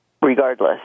regardless